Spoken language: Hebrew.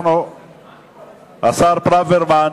השר ברוורמן,